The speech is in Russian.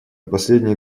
последний